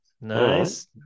nice